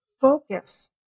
focus